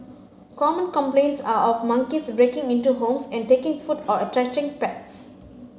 common complaints are of monkeys breaking into homes and taking food or attacking pets